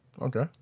Okay